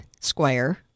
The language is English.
square